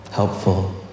Helpful